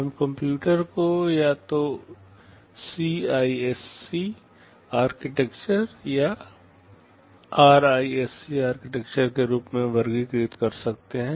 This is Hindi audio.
हम कंप्यूटर को या तो सीआईएससी आर्किटेक्चर या आरआईएससी आर्किटेक्चर के रूप में वर्गीकृत कर सकते हैं